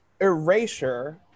erasure